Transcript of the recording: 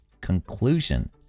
conclusion